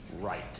right